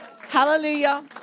Hallelujah